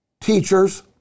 teachers